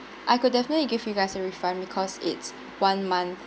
I could definitely give you guys a refund because it's one month